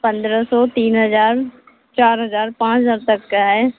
पन्द्रह सौ तीन हज़ार चार हज़ार पाँच हज़ार तक का है